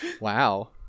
wow